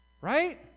Right